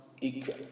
equal